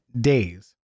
days